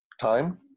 time